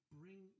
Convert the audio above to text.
bring